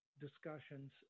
discussions